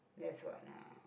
that's what uh